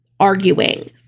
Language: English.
arguing